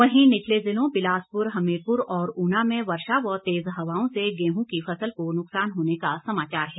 वहीं निचले जिलों बिलासपुर हमीरपुर और ऊना में कल हुई वर्षा ओलावृष्टि व तेज हवाओं से गेहूं की फसल को नुक्सान होने का समाचार है